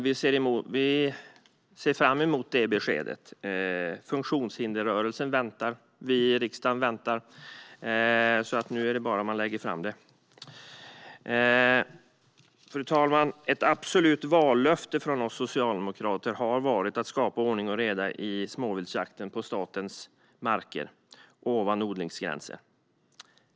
Vi ser fram emot det beskedet. Funktionshindersrörelsen väntar, och vi i riksdagen väntar. Nu gäller det bara att lägga fram det. Herr talman! Ett absolut vallöfte från oss socialdemokrater har varit att skapa ordning och reda i småviltsjakten på statens marker ovan odlingsgränsen.